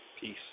Peace